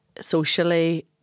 Socially